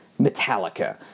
Metallica